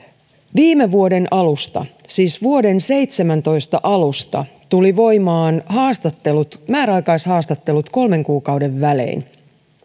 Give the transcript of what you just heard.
viime vuoden alusta siis vuoden seitsemäntoista alusta tulivat voimaan määräaikaishaastattelut kolmen kuukauden välein